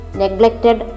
neglected